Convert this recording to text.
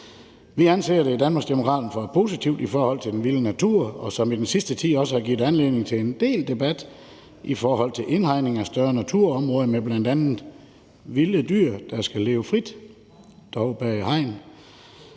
Vi anser det i Danmarksdemokraterne for positivt i forhold til den vilde natur, som i den sidste tid også har givet anledning til en del debat i forhold til indhegning af større naturområder med bl.a. vilde dyr, der skal leve frit, dog bag hegn.